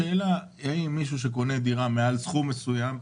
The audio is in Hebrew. השאלה האם מישהו שקונה דירה מעל סכום מסוים,